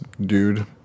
dude